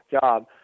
job